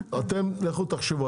אתם לכו תחשבו,